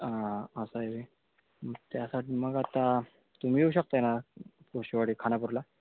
हां असं आहे होय मग त्यासाठी मग आता तुम्ही येऊ शकता पोर्सेवाडी खानापुरला